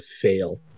fail